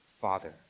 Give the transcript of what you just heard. Father